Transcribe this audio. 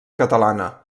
catalana